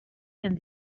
and